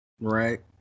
Right